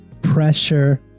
pressure